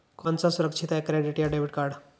कौन सा सुरक्षित है क्रेडिट या डेबिट कार्ड?